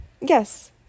yes